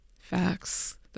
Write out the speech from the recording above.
Facts